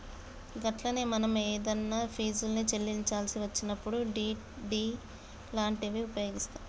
గట్లనే మనం ఏదన్నా ఫీజుల్ని చెల్లించాల్సి వచ్చినప్పుడు డి.డి లాంటివి ఉపయోగిస్తాం